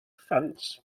fence